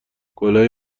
گـلای